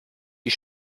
die